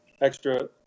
extra